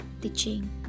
teaching